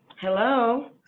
hello